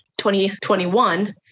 2021